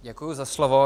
Děkuju za slovo.